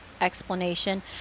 explanation